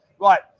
Right